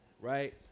Right